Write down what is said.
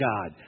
God